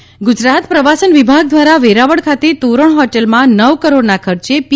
તોરણ હોટેલ ગુજરાત પ્રવાસન વિભાગ દ્રારા વેરાવળ ખાતે તોરણ હોટેલમાં નવ કરોડના ખર્ચે પી